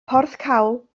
porthcawl